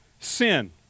sin